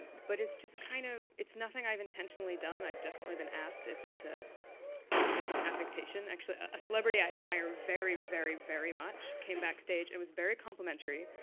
but it's just kind of it's nothing i've intentionally done. i've definitely been asked if it's ah if it's an affectation. actually, a celebrity i admire very, very, very much came backstage and was very complimentary,